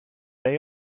they